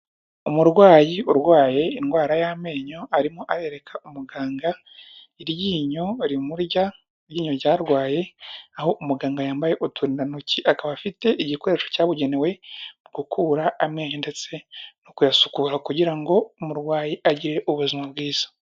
Umurwayi urwaye indwara y'amenyo arimo arereka umuganga iryinyo rimurya, iryinyo ryarwaye aho umuganga yambaye uturindantoki akaba afite igikoresho cyabugenewe, mu gukura amenyo ndetse no kuyasukura kugira ngo umurwayi agire ubuzima bwiza.